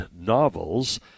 novels